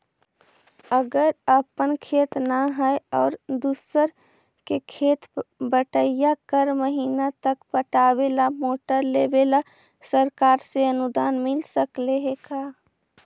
अगर अपन खेत न है और दुसर के खेत बटइया कर महिना त पटावे ल मोटर लेबे ल सरकार से अनुदान मिल सकले हे का?